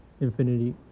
Infinity